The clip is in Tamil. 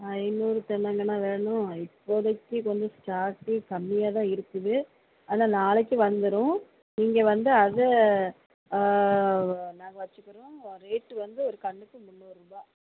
ஐந்நூறு தென்னங்கன்னா வேணும் இப்போதைக்கு கொஞ்சம் ஸ்டாக்கு கம்மியாகதான் இருக்குது ஆனால் நாளைக்கு வந்துரும் நீங்கள் வந்து அதை நாங்கள் வச்சுக்கிருவோம் ரேட்டு வந்து ஒரு கன்றுக்கு முந்நூறுரூபா